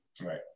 right